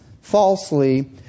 falsely